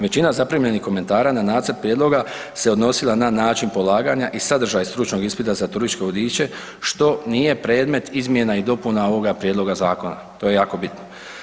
Većina zaprimljenih komentara na nacrt prijedloga se odnosila na način polaganja i sadržaj stručnog ispita za turističke vodiče što nije predmet izmjena i dopuna ovoga prijedloga zakona, to je jako bitno.